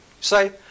say